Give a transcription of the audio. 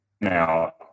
now